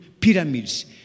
pyramids